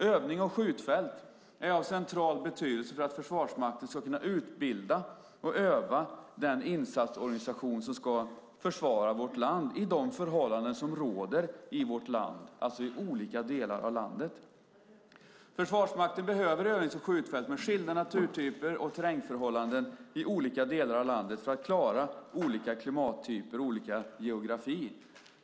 Övning och skjutfält är av central betydelse för att Försvarsmakten ska kunna utbilda och öva den insatsorganisation som ska försvara vårt land i de förhållanden som råder i de olika delarna av vårt land. Försvarsmakten behöver övnings och skjutfält med skilda naturtyper och terrängförhållanden i olika delar av landet för att klara olika klimattyper och olika geografi.